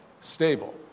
stable